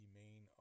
main